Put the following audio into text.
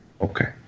Okay